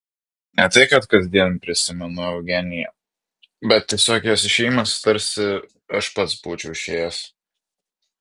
ne tai kad kasdien prisimenu eugeniją bet tiesiog jos išėjimas tarsi aš pats būčiau išėjęs